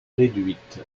réduite